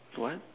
what